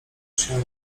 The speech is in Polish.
się